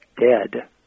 dead